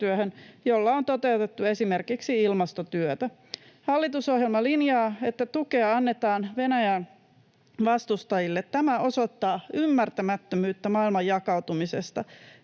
jolla on toteutettu esimerkiksi ilmastotyötä. Hallitusohjelma linjaa, että tukea annetaan Venäjän vastustajille. Tämä osoittaa ymmärtämättömyyttä maailman jakautumisesta,